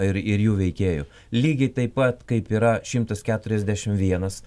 ir ir jų veikėjų lygiai taip pat kaip yra šimtas keturiasdešim vienas